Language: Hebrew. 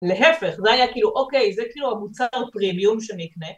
להפך, זה היה כאילו, אוקיי, זה כאילו המוצר פרימיום שנקנה.